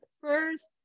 first